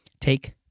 Take